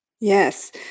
Yes